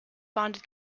bonded